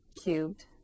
cubed